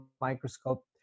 microscope